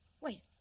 Wait